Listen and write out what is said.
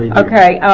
yeah okay